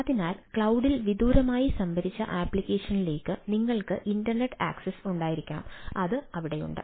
അതിനാൽ ക്ലൌഡിൽ വിദൂരമായി സംഭരിച്ച അപ്ലിക്കേഷനിലേക്ക് നിങ്ങൾക്ക് ഇന്റർനെറ്റ് ആക്സസ് ഉണ്ടായിരിക്കണം അത് അവിടെയുണ്ട്